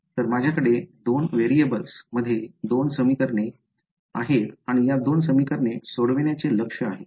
तर माझ्याकडे 2 व्हेरिएबल्स मध्ये 2 समीकरणे आहेत आणि या 2 समीकरणे सोडवण्याचे लक्ष्य आहे